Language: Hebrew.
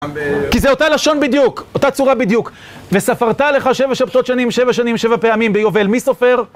כי זה אותה לשון בדיוק, אותה צורה בדיוק. וספרת לך שבע שבתות שנים, שבע שנים, שבע פעמים ביובל, מי סופר?